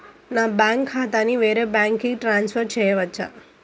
నా బ్యాంక్ ఖాతాని వేరొక బ్యాంక్కి ట్రాన్స్ఫర్ చేయొచ్చా?